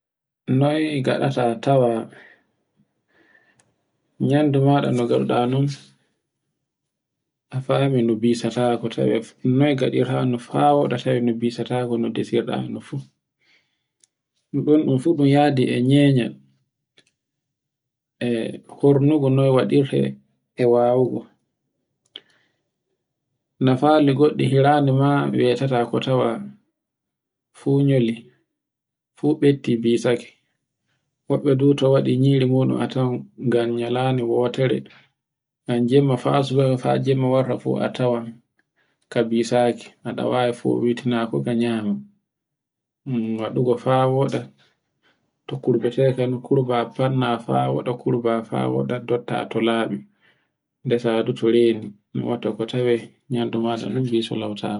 Noy ngaɗata tawa nyamdu maɗa no ngauɗa non, a fami no bisatako tawe noy ngaɗirtano fa woɗa tawe no bisatako no desirɗano fu. Ɗon ɗun fu ɗun yadi e nyeyenyal. E hurrugo noy waɗirte e wawugo. Nafali goɗɗi hirande ma wetata ko tawa fu nyoli, fu ɓetti bisake. woɓɓe do to waɗi nyiri maɗum a tawan ngan nyalande wotere ngan jemma fa subahe fa jemma warta fu a tawan ka bisaki. aɗa wawi fu bitina fu ka nyama. waɗugo fa woɗa to kurbetetan kurban fanna fa waɗa kuru ba waɗa dotta to laɓi ndesadu to reni. No watta ko tawe nyamdu maɗa fu bisilautako.